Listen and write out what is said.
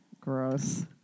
Gross